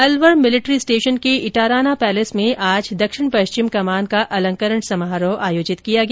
Alwar military station के Itarana palace में आज दक्षिण पश्चिमी कमान का अलंकरण समारोह आयोजित किया गया